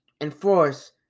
enforce